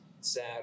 sad